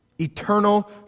Eternal